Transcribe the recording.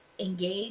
engage